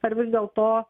ar vis dėlto